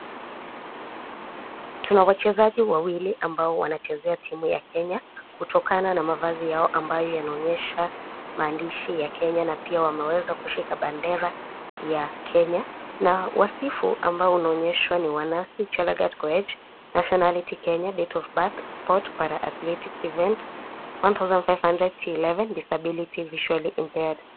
Tuna wachezaji wawili ambao wanachezea timu ya kenya kutokana na mavazi yao ambayo yanaonyesha maandishi ya kenya na pia wameweza kushika bendera ya kenye na wasifu ambao umeonyeshwa ni wa Nancy Chelangat Koech , nationality; Kenya, date of birth ,sports; para atheleticts, event;1500 T11, disability; visually impared .